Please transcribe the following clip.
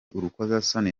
urukozasoni